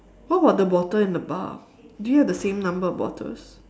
what about the bottle in the bar do you have the same number of bottles